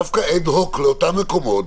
דווקא אד הוק לאותם מקומות,